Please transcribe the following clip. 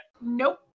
Nope